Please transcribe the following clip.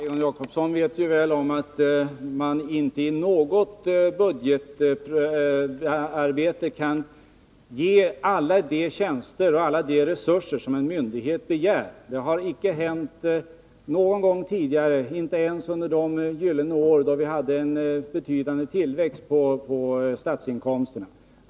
Herr talman! Egon Jacobsson vet att man inte i något budgetarbete kan bevilja alla de tjänster och ge alla de resurser som en myndighet begär. Det har inte hänt någon gång tidigare, inte ens under de gyllene år då vi hade en betydande tillväxt av statsinkomsterna.